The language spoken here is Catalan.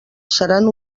seran